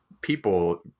people